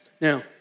Now